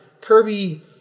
Kirby